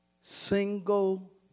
single